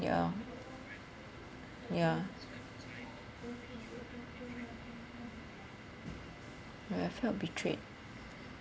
ya ya when I felt betrayed